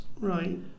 Right